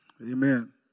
Amen